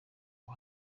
ubu